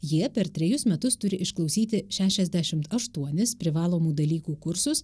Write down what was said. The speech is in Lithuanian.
jie per trejus metus turi išklausyti šešiasdešimt aštuonis privalomų dalykų kursus